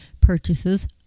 purchases